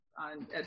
on